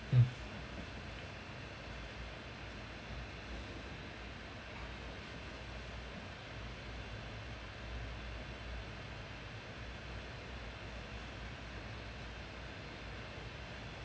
mm